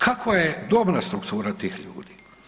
Kakva je dobna struktura tih ljudi?